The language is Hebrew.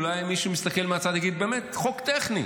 אולי מישהו מסתכל מהצד ויגיד שזה חוק טכני.